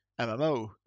MMO